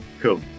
cool